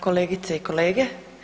kolegice i kolege.